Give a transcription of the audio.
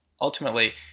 ultimately